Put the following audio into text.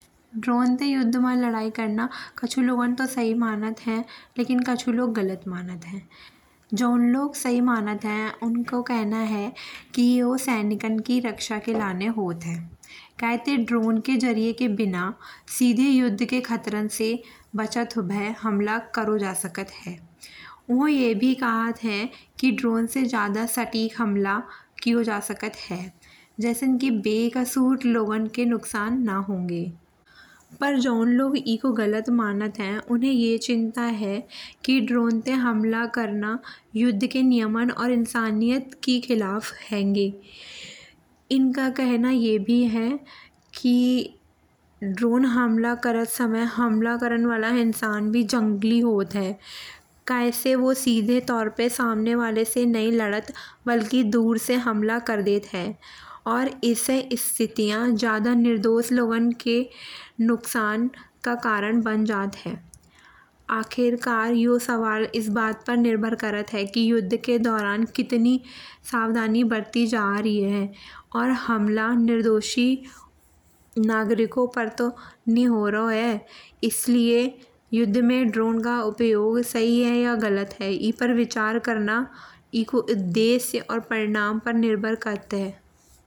ड्रोन के युद्ध मा लड़ाई करना कछु लोग तो सही मानत है लेकिन कछु लोग गलत मानत है। जौन लोग सही मानत है उनकों कहना है की यो सैनिकन की रक्षा के लिए होत है। काय ते डोने के जरिये के बिना सीधी युद्ध के खतरण से बचत भये हमला करो जा सकत है। ऊ ये भी कहत है की ड्रोन से ज्यादा सटीक हमला कियो जा सकत है। जैसन की बेक़सूर लोगन के नुकसान ना होनगे। पर जौन लोग एको गलत मानत है उन्हे ये चिंता है की ड्रोन ते हमला करना युद्ध के नियमन और इंसानियत की खिलाफ हेन्गे। एंका कहना ये भी है की ड्रोन हमला करत समय हमला करत वाला इंसान भी जंगली होत है। काय से वो सीधे तौर पे सामने बाले से नई लड़त बल्कि दूर से हमला कर देत है। और एसे स्थितियां ज्यादा निर्दोष लोगन के नुकसान का कारण बन जात है। अखिरकार यो सवाल एस बात पे निर्भर करत है की युद्ध के दौरान कितनी सावधानी वर्ति जा री है। और हमला निर्दोषी नागरिकों पर तो नी हो राओ है। एसलिए युद्ध में ड्रोन का उपयोग सही है या गलत है ई पर विचार करना एको उद्देश्य और परिणाम पर निर्भर करत है।